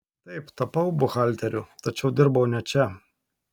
taip tapau buhalteriu tačiau dirbau ne čia